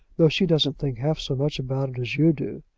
though she doesn't think half so much about it as you do,